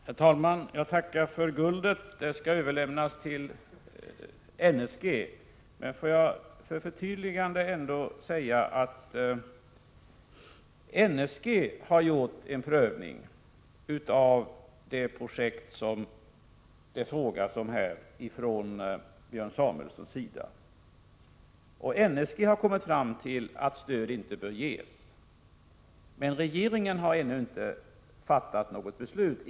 Herr talman! Jag tackar för guldet. Det skall överlämnas till NSG. Får jag som ett förtydligande ändå säga att NSG har gjort en prövning av det projekt som Björn Samuelson frågar om, och NSG har kommit fram till att stöd inte bör ges. Regeringen har dock ännu inte fattat något beslut.